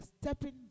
stepping